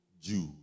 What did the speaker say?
Jews